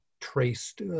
traced